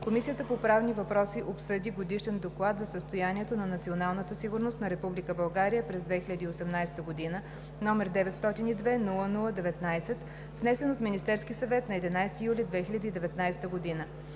Комисията но правни въпроси обсъди Годишен доклад за състоянието на националната сигурност на Република България през 2018 г., № 902 00-19, внесен от Министерския съвет на 11 юли 2019 г.